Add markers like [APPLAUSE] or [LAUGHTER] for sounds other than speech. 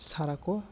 ᱥᱟᱨᱟ ᱠᱚ [UNINTELLIGIBLE]